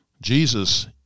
Jesus